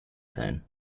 sein